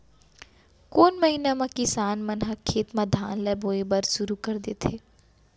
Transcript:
कोन महीना मा किसान मन ह खेत म धान ला बोये बर शुरू कर देथे?